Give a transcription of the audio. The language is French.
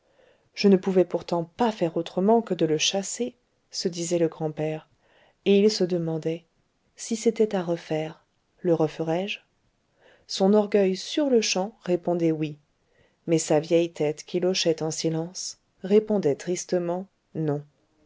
je ne pouvais pourtant pas faire autrement que de le chasser se disait le grand-père et il se demandait si c'était à refaire le referais je son orgueil sur-le-champ répondait oui mais sa vieille tête qu'il hochait en silence répondait tristement non